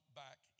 back